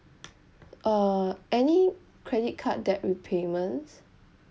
uh any credit card debt repayments